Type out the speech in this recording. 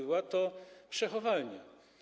Była to przechowalnia.